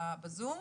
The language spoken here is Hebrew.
בזום.